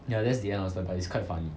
ya that's the end also but is quite funny